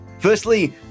Firstly